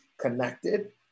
connected